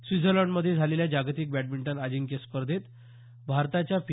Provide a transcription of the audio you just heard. स्वित्झर्लंडमध्ये झालेल्या जागतिक बॅडमिंटन अजिंक्यपद स्पर्धेत भारताच्या पी